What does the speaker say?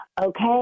Okay